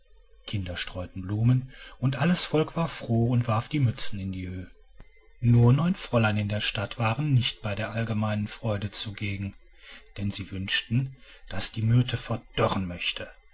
kinder streuten blumen und alles volk war froh und warf die mützen in die höhe nur neun fräulein in der stadt waren nicht bei der allgemeinen freude zugegen denn sie wünschten daß die myrte verdorren möchte